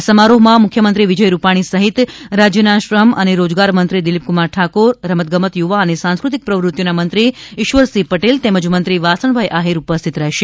આ સમારોહમાં મુખ્યમંત્રી વિજયરૂપાણી સહિત રાજ્યના શ્રમ અને રોજગારમંત્રી દિલીપકુમાર ઠાકોર રમતગમત યુવા અને સાંસ્કૃતિક પ્રવૃતિઓના મંત્રી ઇશ્વરસિંહ પટેલ તેમજ મંત્રી વાસણભાઇ આહીર ઉપસ્થિત રહેશે